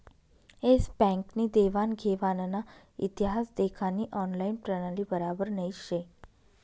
S bank नी देवान घेवानना इतिहास देखानी ऑनलाईन प्रणाली बराबर नही शे